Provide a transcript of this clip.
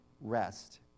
rest